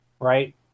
right